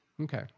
Okay